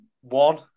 one